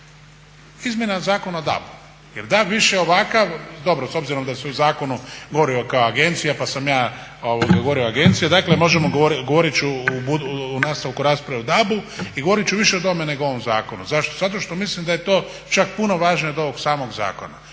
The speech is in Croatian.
izmjena Zakona o DAB-u jer DAB više ovako, dobro s obzirom da se u zakonu govori kao agencija pa sam ja govorio agencija, govorit ću u nastavke rasprave o DAB-u i govorit ću više o tome nego o ovome zakonu. Zašto? zato što mislim daje to čak puno važnije od ovog samog zakona.